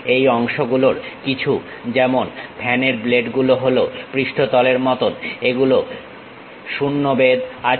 এই অংশগুলোর কিছু যেমন ফ্যানের ব্লেড গুলো হলো পৃষ্ঠতলের মতন এগুলোর 0 বেধ আছে